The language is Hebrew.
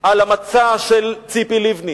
על המצע של ציפי לבני,